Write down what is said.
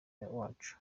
wacu